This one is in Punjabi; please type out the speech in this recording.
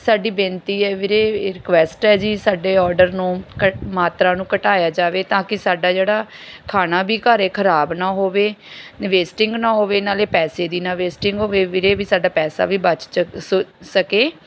ਸਾਡੀ ਬੇਨਤੀ ਹੈ ਵੀਰੇ ਰਿਕੁਐਸਟ ਹੈ ਜੀ ਸਾਡੇ ਓਰਡਰ ਨੂੰ ਘੱ ਮਾਤਰਾ ਨੂੰ ਘਟਾਇਆ ਜਾਵੇ ਤਾਂ ਕਿ ਸਾਡਾ ਜਿਹੜਾ ਖਾਣਾ ਵੀ ਘਰ ਖਰਾਬ ਨਾ ਹੋਵੇ ਨਾ ਵੇਸਟਿੰਗ ਨਾ ਹੋਵੇ ਨਾਲ ਪੈਸੇ ਦੀ ਨਾ ਵੇਸਟਿੰਗ ਹੋਵੇ ਵੀਰੇ ਵੀ ਸਾਡਾ ਪੈਸਾ ਵੀ ਬਚ ਸਕੇ